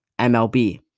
MLB